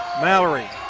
Mallory